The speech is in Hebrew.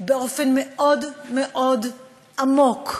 באופן מאוד מאוד עמוק,